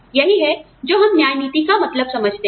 यही है जो हम न्याय नीति का मतलब समझते हैं